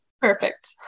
Perfect